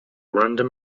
random